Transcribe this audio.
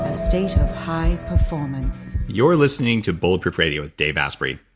ah state of high performance you're listening to bulletproof radio with dave asprey.